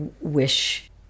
wish